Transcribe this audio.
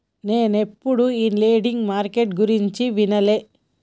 నేనెప్పుడు ఈ lending market గురించి వినలే